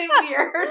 weird